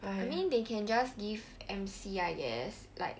I mean they can just give M_C I guess like